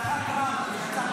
החברות.